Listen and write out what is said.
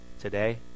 today